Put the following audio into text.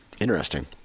Interesting